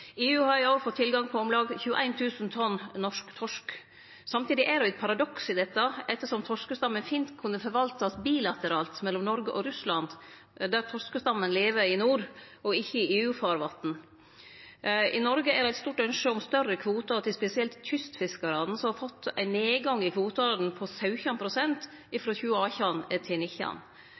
EU har òg fått tilgang på om lag 21 000 tonn norsk torsk. Samtidig er det eit paradoks i dette, ettersom torskestammen fint kunne forvaltast bilateralt mellom Noreg og Russland der torskestammen lever i nord og ikkje i EU-farvatn. I Noreg er det eit stort ønske om større kvotar til spesielt kystfiskarane, som har fått ein nedgang i kvotane på 17 pst. frå 2018 til